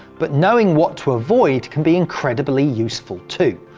but knowing what to avoid can be incredibly useful too.